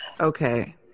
okay